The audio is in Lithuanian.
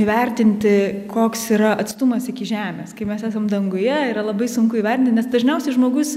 įvertinti koks yra atstumas iki žemės kai mes esam danguje yra labai sunku įvertint nes dažniausiai žmogus